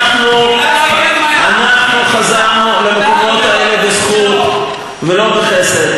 אנחנו חזרנו למקומות האלה בזכות ולא בחסד.